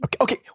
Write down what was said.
Okay